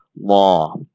law